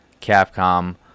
Capcom